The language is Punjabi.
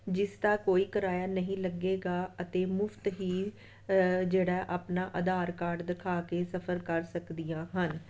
ਜਿਸ ਦਾ ਕੋਈ ਕਿਰਾਇਆ ਨਹੀਂ ਲੱਗੇਗਾ ਅਤੇ ਮੁਫ਼ਤ ਹੀ ਜਿਹੜਾ ਆਪਣਾ ਆਧਾਰ ਕਾਰਡ ਦਿਖਾ ਕੇ ਸਫ਼ਰ ਕਰ ਸਕਦੀਆਂ ਹਨ